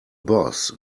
boss